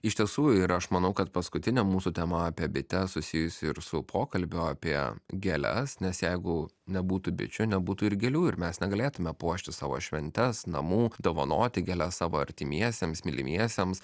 iš tiesų ir aš manau kad paskutinė mūsų tema apie bites susijusi ir su pokalbiu apie gėles nes jeigu nebūtų bičių nebūtų ir gėlių ir mes negalėtume puošti savo šventes namų dovanoti gėles savo artimiesiems mylimiesiems